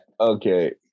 Okay